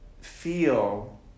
feel